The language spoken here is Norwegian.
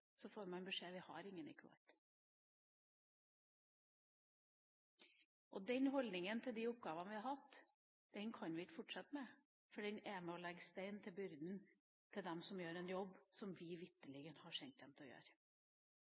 får man beskjed om at vi har ingen i Kuwait. Den holdninga til de oppgavene vi har hatt, kan vi ikke fortsette med, for den er med på å legge stein til byrden for dem som gjør en jobb som vi vitterlig har sendt dem for å gjøre.